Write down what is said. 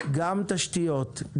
גם תשתיות,